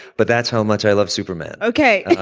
but that's how much i love superman. okay